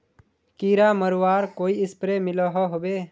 कीड़ा मरवार कोई स्प्रे मिलोहो होबे?